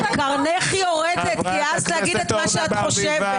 קרנך יורדת כי העזת להגיד את מה שאת חושבת.